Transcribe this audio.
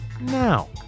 now